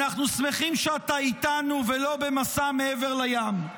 אנחנו שמחים שאתה איתנו ולא במסע מעבר לים.